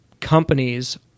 companies